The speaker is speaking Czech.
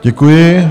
Děkuji.